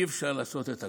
אי-אפשר לעשות את הכול,